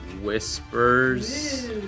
Whispers